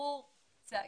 הבחור צעיר,